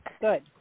Good